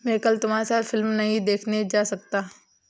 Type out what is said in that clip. मैं कल तुम्हारे साथ फिल्म नहीं देखने जा सकता